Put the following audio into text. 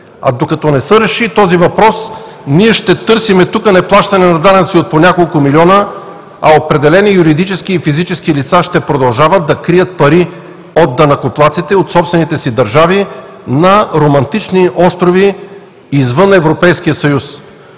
Докато не се реши този въпрос, ние ще търсим тук неплащане на данъци от по няколко милиона, а определени юридически и физически лица ще продължават да крият пари от данъкоплатците от собствените си държави на романтични острови извън Европейския съюз.